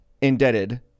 indebted